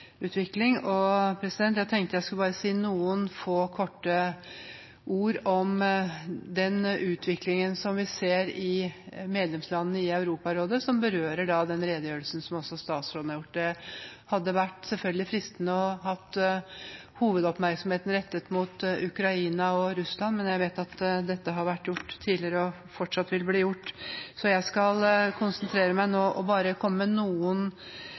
Jeg tenkte jeg skulle si noen få ord om den utviklingen vi ser i medlemslandene i Europarådet som berører den redegjørelsen som statsråden holdt. Det hadde selvfølgelig vært fristende å ha hovedoppmerksomheten rettet mot Ukraina og Russland, men jeg vet at dette har vært gjort tidligere og fortsatt vil bli gjort, så jeg skal konsentrere meg om å komme med noen